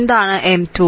എന്താണ് M21